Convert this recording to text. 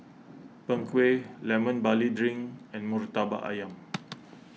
Png Kueh Lemon Barley Drink and Murtabak Ayam